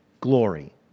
glory